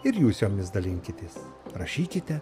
ir jūs jomis dalinkitės rašykite